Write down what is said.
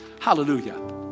hallelujah